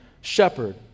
shepherd